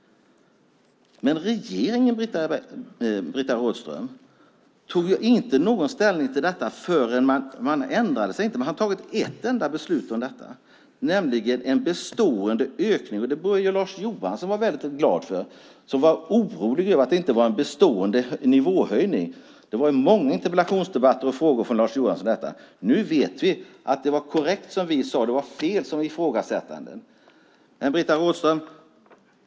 Regeringen, Britta Rådström, tog inte ställning till den interna promemorian. Man ändrade sig alltså inte. Regeringen har fattat ett enda beslut om detta, nämligen en bestående ökning, vilket Lars Johansson bör vara glad för eftersom han var orolig över att det inte var en bestående nivåhöjning. Det var många frågor och interpellationer från Lars Johansson om det. Nu vet vi att det som vi sade var korrekt. Ifrågasättandena var fel.